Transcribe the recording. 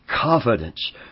confidence